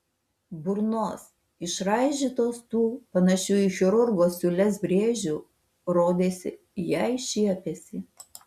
burnos išraižytos tų panašių į chirurgo siūles brėžių rodėsi jai šiepiasi